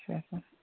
کیٚنٛہہ چھُن